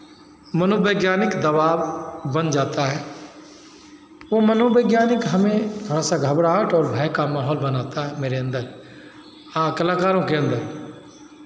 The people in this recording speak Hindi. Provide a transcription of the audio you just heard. मनोवैज्ञानिक दबाव बन जाता है ओ मनोवैज्ञानिक हमें थोड़ा सा घबराहट और भय का माहौल बनाता है मेरे अन्दर हाँ कलाकारों के अन्दर